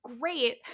great